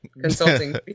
consulting